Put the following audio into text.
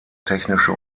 technische